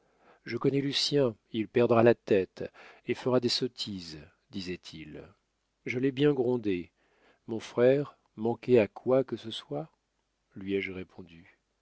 je connais lucien il perdra la tête et fera des sottises disait-il je l'ai bien grondé mon frère manquer à quoi que ce soit lui ai-je répondu